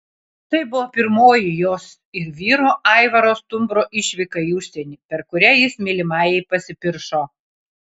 tai buvo pirmoji jos ir vyro aivaro stumbro išvyka į užsienį per kurią jis mylimajai pasipiršo